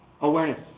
Awareness